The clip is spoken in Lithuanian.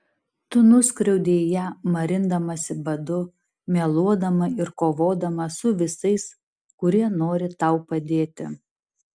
tu nuskriaudei ją marindamasi badu meluodama ir kovodama su visais kurie nori tau padėti